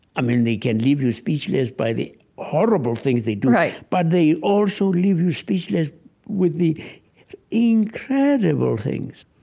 i mean, they can leave you speechless by the horrible things they do, right, but they also leave you speechless with the incredible things.